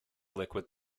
liquid